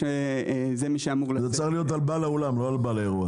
זה צריך להיות על בעל האולם, ולא על בעל האירוע.